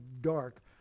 dark